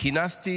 כינסתי